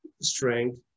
strength